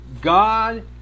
God